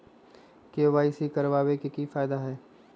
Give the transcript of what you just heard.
KYC करवाबे के कि फायदा है?